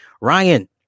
Ryan